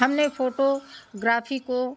हमने फ़ोटोग्राफ़ी को